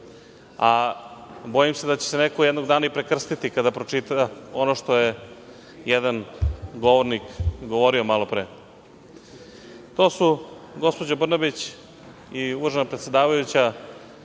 a bojim se da će se neko jednog dana i prekrstiti kada pročita ono što je jedan govornik govorio malopre. To su gospođo Brnabić i uvažena predsedavajuća,